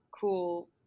cool